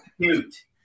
cute